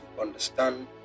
understand